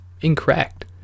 incorrect